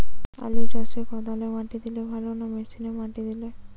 আলু চাষে কদালে মাটি দিলে ভালো না মেশিনে মাটি দিলে?